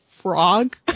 frog